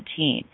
2017